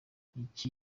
iki